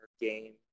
game